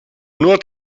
nur